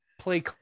Play